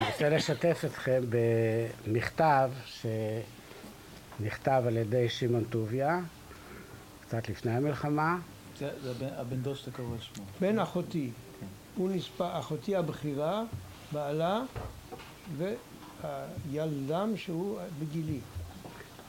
אני רוצה לשתף אתכם במכתב ש...נכתב על ידי שמעון טוביה קצת לפני המלחמה זה, הבן דוד שאתה קורא על שמו בן אחותי, הוא נספה אחותי הבכירה, בעלה, והילדם שהוא בגילי